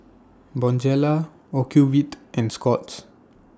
Bonjela Ocuvite and Scott's